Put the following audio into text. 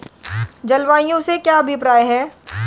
जलवायु से क्या अभिप्राय है?